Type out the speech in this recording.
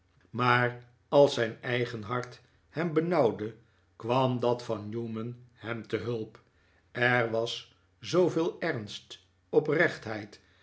maar als zijn eigen hart hem benauwde kwam dat van newman hem te hulp er was zooveel ernst oprechtheid